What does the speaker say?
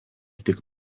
tik